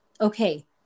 okay